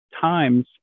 times